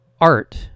art